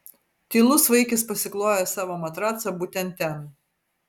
tylus vaikis pasiklojo savo matracą būtent ten